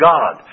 God